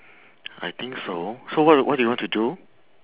I think so so what what do you want to do